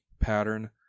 pattern